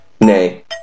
Nay